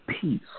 peace